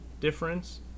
difference